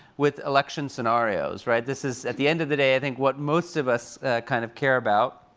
with election scenarios, right? this is, at the end of the day, i think what most of us kind of care about.